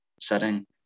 setting